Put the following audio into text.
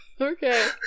Okay